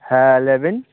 ᱦᱮ ᱞᱟ ᱭᱵᱤᱱ